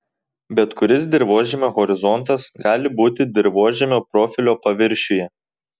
bet kuris dirvožemio horizontas gali būti dirvožemio profilio paviršiuje